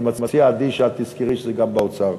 אני מציע, עדי, שאת תזכרי שזה גם באוצר.